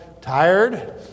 tired